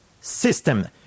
system